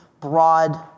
broad